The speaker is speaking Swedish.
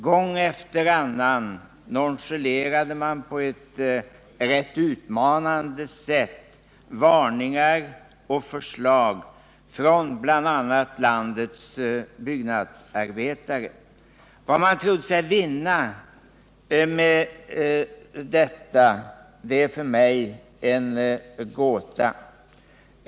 Gång efter annan nonchalerade man på ett rätt utmanande sätt varningar och förslag från bl.a. landets byggnadsarbetare. Vad man trodde sig vinna med detta är för mig en gåta.